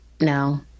no